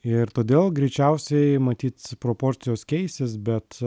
ir todėl greičiausiai matyt proporcijos keisis bet